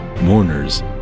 Mourners